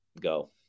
go